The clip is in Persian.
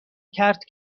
کرد